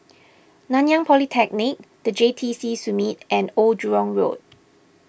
Nanyang Polytechnic the J T C Summit and Old Jurong Road